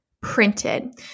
printed